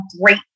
great